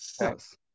Yes